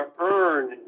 earn